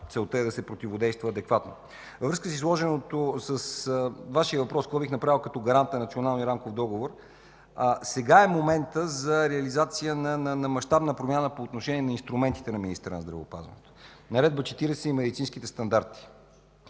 целта е да се противодейства адекватно. Във връзка с въпроса Ви: какво бих направил като гарант на Националния рамков договор? Сега е моментът за реализация на мащабна промяна по отношение на инструментите на министъра на здравеопазването – Наредба № 40 и медицинските стандарти.